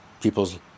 people's